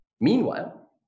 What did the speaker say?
Meanwhile